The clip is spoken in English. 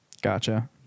Gotcha